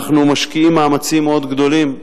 אנחנו משקיעים מאמצים מאוד גדולים,